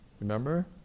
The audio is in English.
Remember